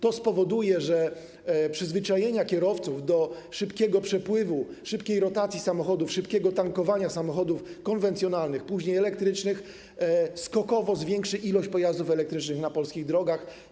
To spowoduje, że w wyniku przyzwyczajenia kierowców do szybkiego przepływu, szybkiej rotacji samochodów, szybkiego tankowania samochodów konwencjonalnych, później elektrycznych skokowo zwiększy się ilość pojazdów elektrycznych na polskich drogach.